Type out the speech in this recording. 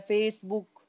Facebook